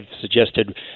suggested